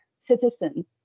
citizens